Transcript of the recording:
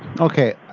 Okay